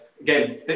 again